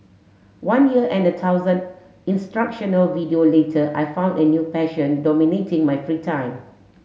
one year and a thousand instructional video later I found a new passion dominating my free time